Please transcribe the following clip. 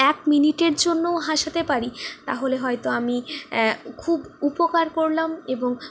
এক মিনিটের জন্যও হাসাতে পারি তাহলে হয়তো আমি খুব উপকার করলাম এবং